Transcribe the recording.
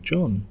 John